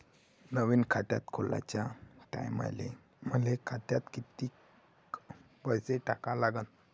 नवीन खात खोलाच्या टायमाले मले खात्यात कितीक पैसे टाका लागन?